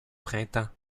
printemps